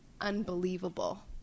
unbelievable